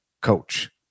coach